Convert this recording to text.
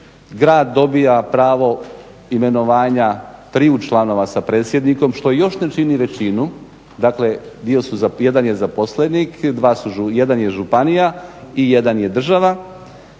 grad dobija pravo imenovanja triju članova sa predsjednikom što još ne čini većinu, dakle jedan je zaposlenik, jedan je županija i jedan je država.